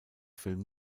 film